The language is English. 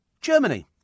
Germany